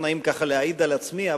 לא נעים להעיד על עצמי,